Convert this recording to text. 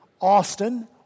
Austin